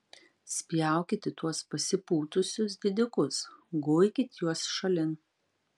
spjaukit į tuos pasipūtusius didikus guikit juos šalin